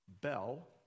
Bell